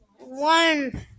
one